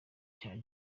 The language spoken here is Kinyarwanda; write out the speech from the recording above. cya